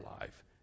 life